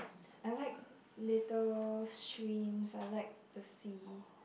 I like little streams I like the sea